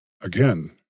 again